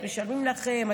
משלמים לכם,